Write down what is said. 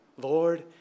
Lord